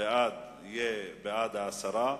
יהיה בעד ההסרה,